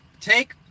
take